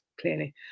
clearly